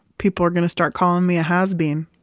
people are going to start calling me a has bean